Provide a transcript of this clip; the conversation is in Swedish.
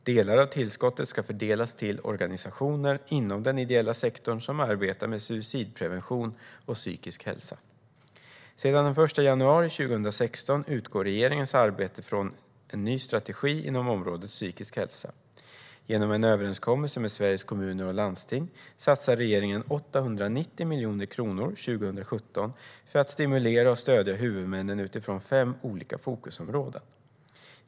Delar av tillskottet ska fördelas till organisationer inom den ideella sektorn som arbetar med suicidprevention och psykisk hälsa. Sedan den 1 januari 2016 utgår regeringens arbete från en ny strategi inom området psykisk hälsa. Genom en överenskommelse med Sveriges Kommuner och Landsting satsar regeringen 890 miljoner kronor 2017 för att stimulera och stödja huvudmännen utifrån fem olika fokusområden.